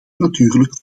natuurlijk